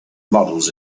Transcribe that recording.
models